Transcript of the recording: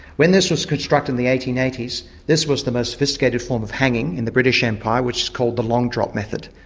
when this was constructed in the eighteen eighty s this was the most sophisticated form of hanging in the british empire, which is called the long drop method.